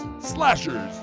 slashers